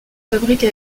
fabrique